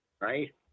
right